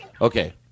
Okay